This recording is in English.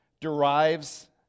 derives